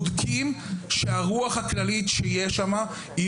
ובודקים שהרוח הכללית שנושבת שם לא